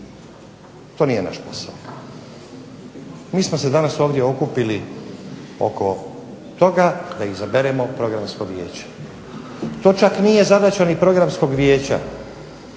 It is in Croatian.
To nije naš posao. Mi smo se ovdje danas okupili oko toga da izaberemo Programsko vijeće. To čak nije zadaća ni Programskog vijeća